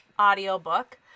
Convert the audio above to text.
audiobook